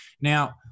Now